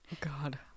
God